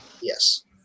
Yes